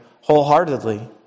wholeheartedly